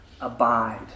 abide